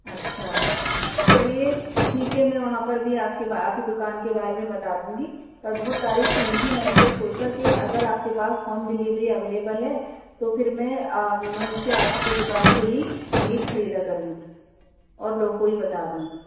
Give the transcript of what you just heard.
اچھا چلیے ٹھیک ہے میں وہاں پر بھی آپ کی آپ کی دکان کے بارے میں بتا دوں گی پر بہت تعریف سنی تھی میں نے کیا سوچا کہ اگر آپ کے پاس ہوم ڈلیوری اویلیبل ہے تو پھر میں وہیں سے آپ کی دکان سےہی میٹ خریدا کروں گی اور لوگوں کوبھی بتا دوں گی